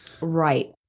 Right